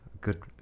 good